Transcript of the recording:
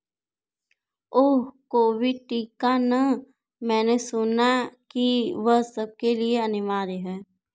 ओह Covid टीका ना मैंने सुना कि वह सबके लिए अनिवार्य है